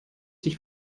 sich